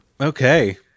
Okay